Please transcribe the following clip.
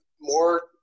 more